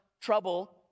trouble